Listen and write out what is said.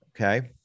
Okay